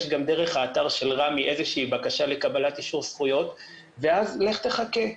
יש גם באתר של רמ"י בקשה לקבלת אישור זכויות ואז לך תחכה.